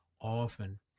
often